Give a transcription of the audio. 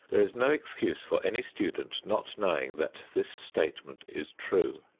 there is no excuse for any student not knowing that this statement is true.